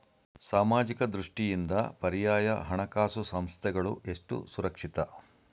ಸಾಮಾಜಿಕ ದೃಷ್ಟಿಯಿಂದ ಪರ್ಯಾಯ ಹಣಕಾಸು ಸಂಸ್ಥೆಗಳು ಎಷ್ಟು ಸುರಕ್ಷಿತ?